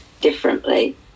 differently